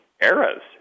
eras